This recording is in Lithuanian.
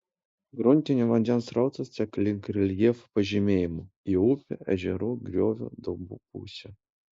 gruntinio vandens srautas teka link reljefo pažemėjimų į upių ežerų griovų daubų pusę